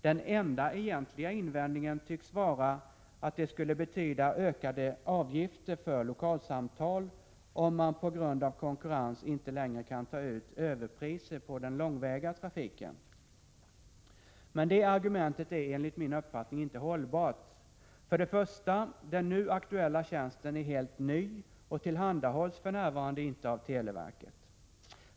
Den enda egentliga invändningen tycks vara att det skulle betyda ökade avgifter för lokalsamtal, om man på grund av konkurrens inte längre kan ta ut överpriser på den låhgväga trafiken. Men det argumentet är enligt min uppfattning inte hållbart. För det första: Den nu aktuella tjänsten är helt ny och tillhandahålls för närvarande inte av televerket.